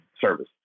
service